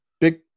Big